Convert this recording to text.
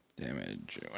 Damage